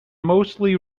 mostly